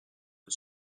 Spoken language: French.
que